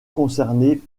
concernée